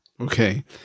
Okay